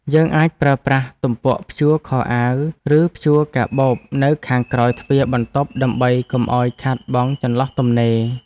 យើងអាចប្រើប្រាស់ទំពក់ព្យួរខោអាវឬព្យួរកាបូបនៅខាងក្រោយទ្វារបន្ទប់ដើម្បីកុំឱ្យខាតបង់ចន្លោះទំនេរ។